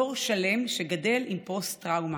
דור שלם גדל עם פוסט-טראומה.